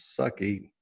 sucky